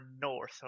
north